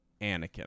Anakin